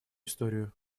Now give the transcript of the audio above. историю